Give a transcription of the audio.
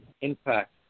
impact